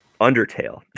Undertale